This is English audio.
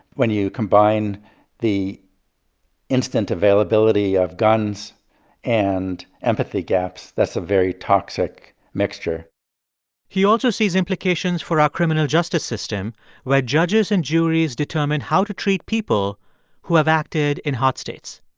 when you combine the instant availability of guns and empathy gaps, that's a very toxic mixture he also sees implications for our criminal justice system where judges and juries determine how to treat people who have acted in hot states.